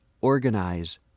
organize